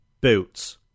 boots